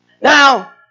Now